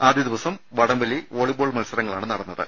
ആദ്യദിവസം വടംവലി വോളിബോൾ മത്സ രങ്ങളാണ് നടന്നത്